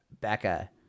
becca